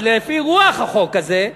אבל לפי רוח החוק הזה,